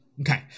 Okay